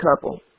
couple